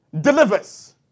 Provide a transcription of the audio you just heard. delivers